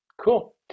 cool